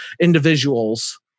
individuals